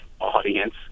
audience